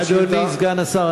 אדוני סגן השר,